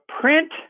print